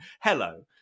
hello